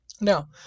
Now